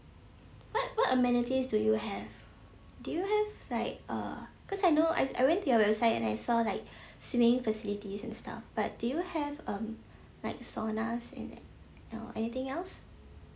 what what amenities do you have do you have like uh because I know I I went to your website and I saw like swimming facilities and stuff but do you have um like saunas in it uh anything else